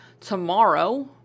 tomorrow